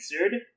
answered